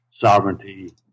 sovereignty